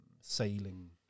sailing